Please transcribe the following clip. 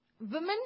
women